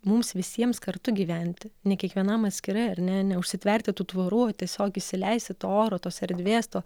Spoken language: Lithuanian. mums visiems kartu gyventi ne kiekvienam atskirai ar ne neužsitverti tų tvorų tiesiog įsileisti to oro tos erdvės to